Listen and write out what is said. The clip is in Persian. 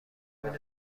بدون